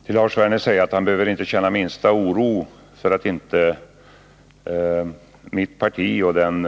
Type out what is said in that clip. Herr talman! Jag vill till Lars Werner säga att han inte behöver känna minsta oro för att mitt parti och den